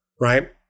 right